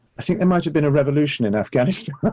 i think there might have been a revolution in afghanistan,